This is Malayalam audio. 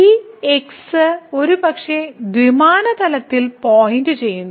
ഈ x ഒരുപക്ഷേ ദ്വിമാന തലത്തിൽ പോയിന്റ് ചെയ്യുന്നു